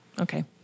Okay